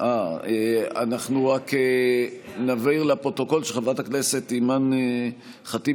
אנחנו רק נבהיר לפרוטוקול שחברת הכנסת אימאן ח'טיב